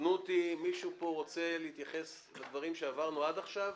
מישהו פה רוצה להתייחס לדברים שעברנו עד עכשיו?